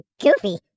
goofy